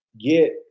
get